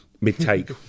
mid-take